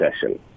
session